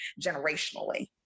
generationally